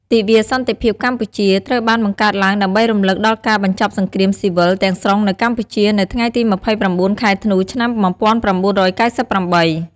ទិវាសន្តិភាពកម្ពុជា ត្រូវបានបង្កើតឡើងដើម្បីរំលឹកដល់ការបញ្ចប់សង្គ្រាមស៊ីវិលទាំងស្រុងនៅកម្ពុជានៅថ្ងៃទី ២៩ ខែធ្នូ ឆ្នាំ ១៩៩៨។